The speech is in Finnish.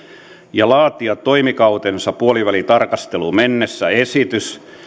ja laatia toimikautensa puolivälitarkasteluun mennessä esitys